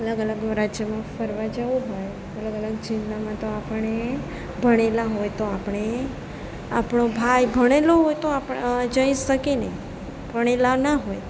અલગ અલગ રાજ્યમાં ફરવા જવું હોય તો અલગ અલગ જિલ્લામાં તો આપણે ભણેલા હોય તો આપણે આપણો ભાઈ ભણેલો હોય તો આપણે જઈ શકે ને પણ એ ભણેલા ના હોય